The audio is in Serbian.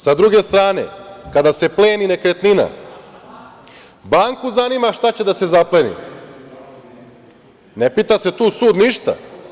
Sa druge strane, kada se pleni nekretnina, banku zanima šta će da se zapleni, ne pita se tu sud ništa.